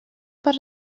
per